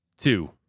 two